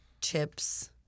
chips